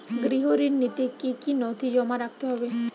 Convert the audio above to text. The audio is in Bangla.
গৃহ ঋণ নিতে কি কি নথি জমা রাখতে হবে?